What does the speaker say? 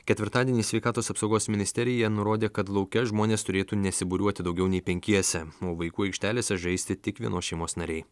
ketvirtadienį sveikatos apsaugos ministerija nurodė kad lauke žmonės turėtų nesibūriuoti daugiau nei penkiese o vaikų aikštelėse žaisti tik vienos šeimos nariai